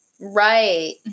Right